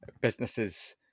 businesses